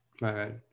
right